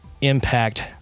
impact